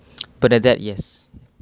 bernadette yes